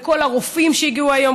לכל הרופאים שהגיעו היום.